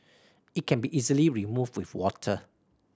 it can be easily removed with water